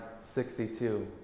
62